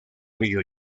río